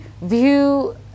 view